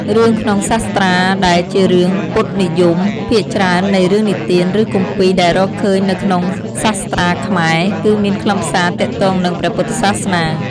រឿងក្នុងសាស្ត្រា ដែលជារឿង ពុទ្ធនិយម ភាគច្រើននៃរឿងនិទាន ឬគម្ពីរដែលរកឃើញនៅក្នុងសាស្ត្រាខ្មែរ គឺមានខ្លឹមសារទាក់ទងនឹង ព្រះពុទ្ធសាសនា។